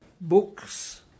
books